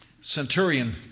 centurion